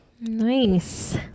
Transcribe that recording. nice